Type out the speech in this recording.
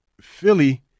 Philly